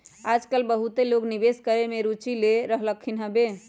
याजकाल बहुते लोग निवेश करेमे में रुचि ले रहलखिन्ह हबे